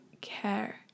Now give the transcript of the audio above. care